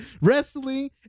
wrestling